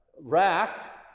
racked